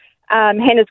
Hannah's